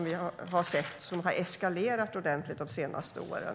Vi har sett att det har eskalerat ordentligt de senaste åren.